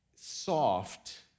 soft